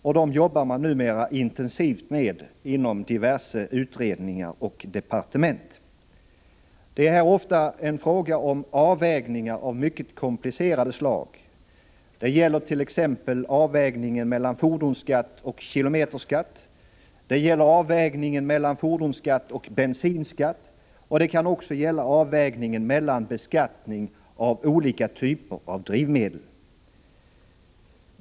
Dessa jobbar man numera intensivt med inom diverse utredningar och departement. Det är här ofta en fråga om avvägningar av mycket komplicerat slag. Det gäller t.ex. avvägningen mellan fordonsskatt och kilometerskatt. Det gäller avvägningen mellan fordonsskatt och bensinskatt. Det kan också gälla avvägningen mellan beskattning av olika typer av drivmedel.